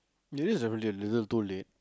it is a lil~ a little too late